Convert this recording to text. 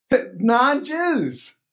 Non-Jews